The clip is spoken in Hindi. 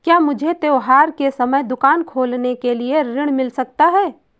क्या मुझे त्योहार के समय दुकान खोलने के लिए ऋण मिल सकता है?